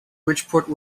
bridgeport